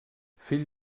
fill